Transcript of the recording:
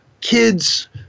kids